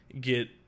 get